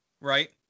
Right